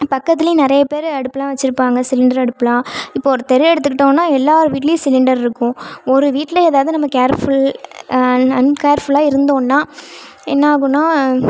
பக்கத்துலேயும் நிறைய பேர் அடுப்புல்லாம் வச்சுருப்பாங்க சிலிண்டர் அடுப்புலாம் இப்போ ஒரு தெருவே எடுத்துகிட்டோம்ன்னா எல்லார் வீட்லேயும் சிலிண்டர் இருக்கும் ஒரு வீட்டில் எதாவது நம்ம கேர்ஃபுல் அன்கேர்ஃபுல்லாக இருந்தோன்னா என்னாகுன்னா